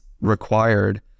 required